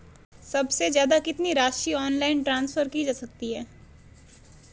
सबसे ज़्यादा कितनी राशि ऑनलाइन ट्रांसफर की जा सकती है?